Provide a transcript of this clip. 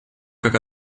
как